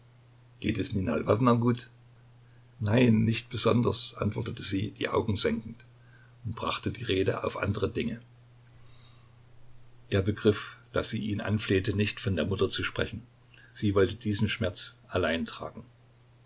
geht es nina ljwowna gut nein nicht besonders antwortete sie die augen senkend und brachte die rede auf andere dinge er begriff daß sie ihn anflehte nicht von der mutter zu sprechen sie wollte diesen schmerz allein tragen